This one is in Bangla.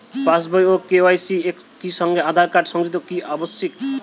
পাশ বই ও কে.ওয়াই.সি একই সঙ্গে আঁধার কার্ড সংযুক্ত কি আবশিক?